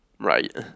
Right